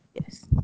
Yes